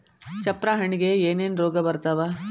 ಚಪ್ರ ಹಣ್ಣಿಗೆ ಏನೇನ್ ರೋಗ ಬರ್ತಾವ?